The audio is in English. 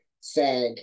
SAG